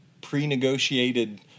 pre-negotiated